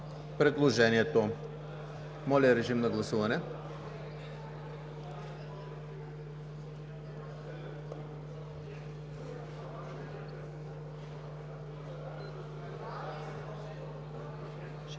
Моля, режим на гласуване.